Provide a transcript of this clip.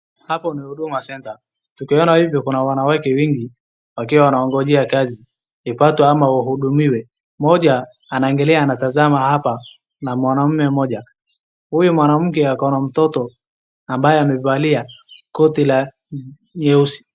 Hapa ni huduma center. Tukiona hivyo kuna wanawake wengi wakiwa wanaongojea kazi ipatwe ama wahudumiwe. Mmoja ana ngalia anatazama hapa ana mwanamme mmoja. Huyu mwanamke ako na mtoto ambaye amevalia koti la nyeusi.